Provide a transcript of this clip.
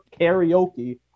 karaoke